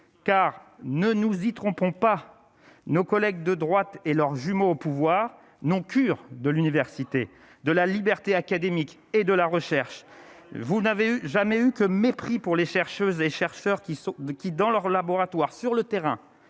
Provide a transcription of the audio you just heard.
car ne nous y trompons pas, nos collègues de droite et leurs jumeaux au pouvoir n'ont cure de l'université de la liberté académique et de la recherche, vous n'avez jamais eu que mépris pour les chercheuses et chercheurs qui sont, qui, dans leur laboratoire, sur le terrain